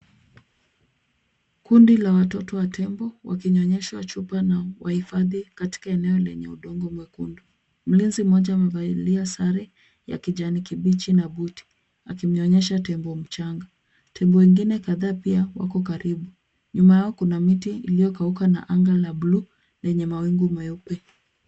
Kundi la watoto wa tembo wakinyonyeshwa chupa na wahifadhi katika eneo lenye udongo mwekundu. Mlinzi mmoja amevalia sare ya kijani kibichi na buti akimnyonyesha tembo mchanga. Tembo wengine kadhaa pia wako karibu. Nyuma yao kuna miti iliyokauka na anga la buluu lenye mawingu meupe.